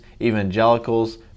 evangelicals